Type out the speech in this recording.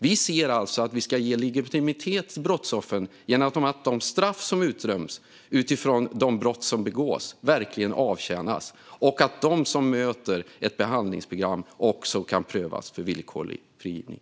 Vi vill alltså ge legitimitet till brottsoffren genom att de straff som utdöms utifrån de brott som begås verkligen avtjänas och att de som möter ett behandlingsprogram också kan prövas för villkorlig frigivning.